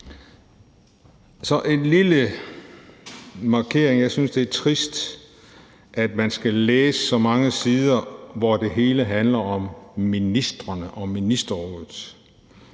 med en lille markering. Jeg synes, det er trist, at man skal læse så mange sider, hvor det hele handler om ministrene og ministerrådet.